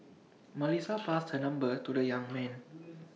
Melissa passed her number to the young man